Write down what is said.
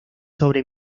sobre